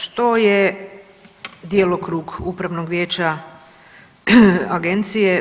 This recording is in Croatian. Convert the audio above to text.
Što je djelokrug upravnog dijela agencije?